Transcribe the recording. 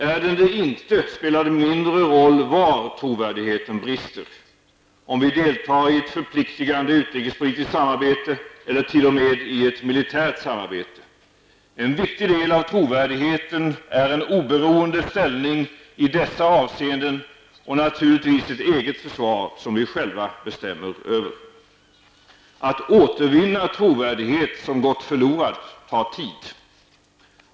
Är den det inte, spelar det mindre roll var trovärdigheten brister -- om vi deltar i ett förpliktigande utrikespolitiskt samarbete eller t.o.m. i ett militärt samarbete. En viktig del av trovärdigheten är en oberoende ställning i dessa avseenden och naturligtvis ett eget försvar som vi själva bestämmer över. Att återvinna trovärdighet som gått förlorad tar tid.